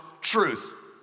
truth